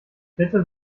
bitte